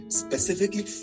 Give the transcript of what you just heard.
specifically